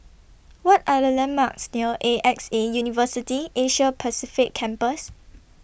What Are The landmarks near A X A University Asia Pacific Campus